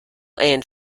and